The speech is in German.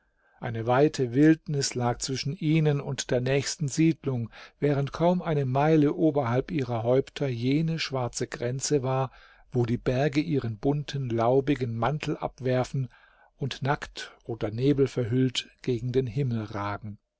eine weite wildnis lag zwischen ihnen und der nächsten siedlung während kaum eine meile oberhalb ihrer häupter jene schwarze grenze war wo die berge ihren bunten laubigen mantel abwerfen und nackt oder nebelverhüllt gegen den himmel ragen